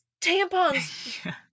Tampon's